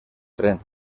tren